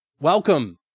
welcome